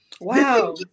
wow